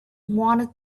wanted